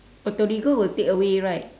oh torigo will takeaway right